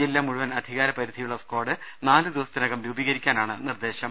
ജില്ല മുഴുവൻ അധികാരപരിധിയുള്ള സ്കാഡ് നാലുദിവസത്തിനകം രൂപീകരിക്കാനാണ് നിർദ്ദേശം